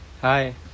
Hi